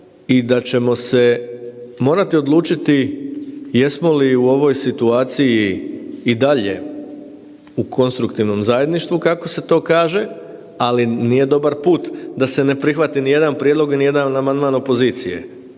i da ćemo se morati odlučiti jesmo li u ovoj situaciji i dalje u konstruktivnom zajedništvu kako se to kaže, ali nije dobar put da se ne prihvati ni jedan prijedlog, ni jedan amandman opozicije.